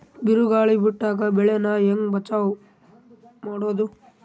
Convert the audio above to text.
ಬಿರುಗಾಳಿ ಬಿಟ್ಟಾಗ ಬೆಳಿ ನಾ ಹೆಂಗ ಬಚಾವ್ ಮಾಡೊದು?